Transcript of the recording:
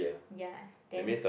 ya then